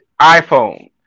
iPhone